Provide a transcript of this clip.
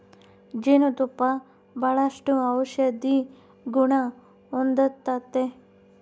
ಜೇನು ತುಪ್ಪ ಬಾಳಷ್ಟು ಔಷದಿಗುಣ ಹೊಂದತತೆ